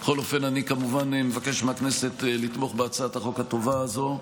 בכל אופן אני כמובן מבקש מהכנסת לתמוך בהצעת החוק הטובה הזו.